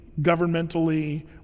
governmentally